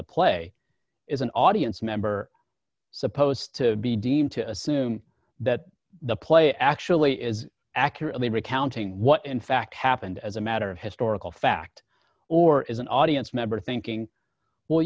the play is an audience member supposed to be deemed to assume that the play actually is accurately recounting what in fact happened as a matter of historical fact or is an audience member thinking well